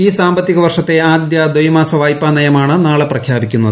ഈ സാമ്പത്തിക വർഷത്തെ ആദ്യ ദൈമാൂസ വായ്പാ നയമാണ് നാളെ പ്രഖ്യാപിക്കുന്നത്